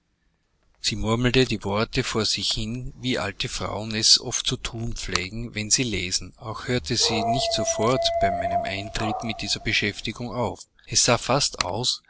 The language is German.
sie murmelte die worte vor sich hin wie alte frauen es oft zu thun pflegen wenn sie lesen auch hörte sie nicht sofort bei meinem eintritt mit dieser beschädigung auf es sah fast aus